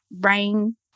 rain